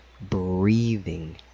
breathing